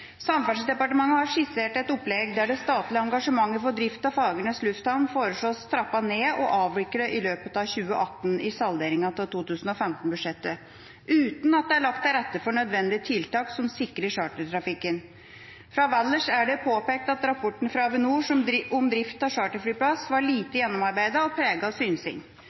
Samferdselsdepartementet har i salderinga av 2015-budsjettet skissert et opplegg der det statlige engasjementet for drift av Fagernes lufthavn foreslås trappet ned og avviklet i løpet av 2018, uten at det er lagt til rette for nødvendige tiltak som sikrer chartertrafikken. Fra Valdres er det påpekt at rapporten fra Avinor om drift av charterflyplass var lite gjennomarbeidet, og preget av synsing.